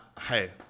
hey –